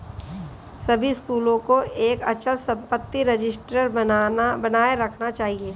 सभी स्कूलों को एक अचल संपत्ति रजिस्टर बनाए रखना चाहिए